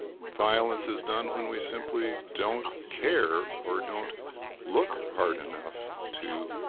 violence is done when we simply don't care or don't look hard enough to